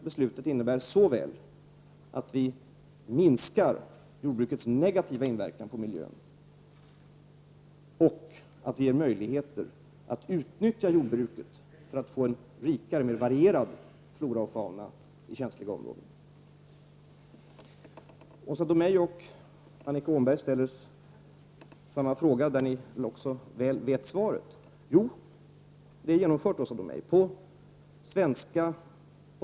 Beslutet innebär såväl en minskning av jordbrukets negativa inverkan på miljön som möjligheter att utnyttja jordbruket för att få en rikare och mer varierad flora och fauna i känsliga områden. Åsa Domeij och Annika Åhnberg ställer samma fråga, på vilken de mycket väl vet svaret. Jo, Åsa Domeij, detta är genomfört.